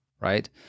right